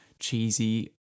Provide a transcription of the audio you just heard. cheesy